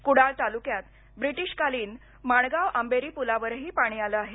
कुडाळ तालुक्यात ब्रिटिशकालीन माणगावआंबेरी पुलावरही पाणी आलं आहे